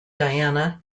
diana